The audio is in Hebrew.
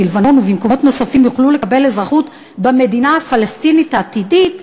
בלבנון ובמקומות נוספים יוכלו לקבל אזרחות במדינה הפלסטינית העתידית,